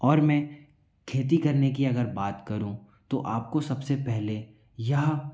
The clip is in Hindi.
और मैं खेती करने की अगर बात करूँ तो आपको सबसे पहले यह